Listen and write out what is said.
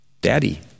daddy